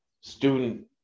student